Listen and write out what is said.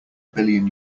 billion